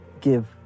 give